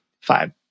five